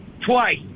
twice